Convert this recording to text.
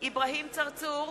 אברהים צרצור,